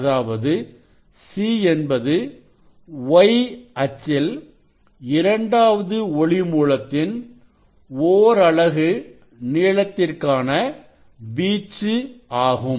அதாவது C என்பது Y அச்சில் இரண்டாவது ஒளி மூலத்தின் ஓரலகு நீளத்திற்கான வீச்சு ஆகும்